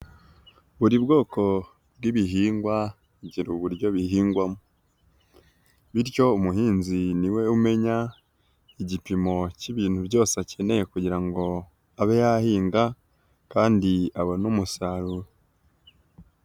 Buri bwoko bw'ibihingwa bigira uburyo bihingwamo, bityo umuhinzi niwe umenya igipimo cy'ibintu byose akeneye kugira ngo abe yahinga kandi abone umusaruro.